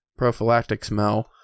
ProphylacticSmell